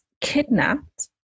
kidnapped